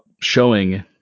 showing